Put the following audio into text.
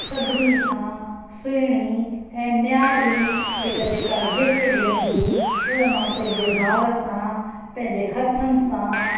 सभिनी खां सुहिणी ऐ न्यारी हिकु जेका गिफ्ट ॾियणी हुई उहो मा पंहिंजे भाव सा पंहिंजे हथनि सां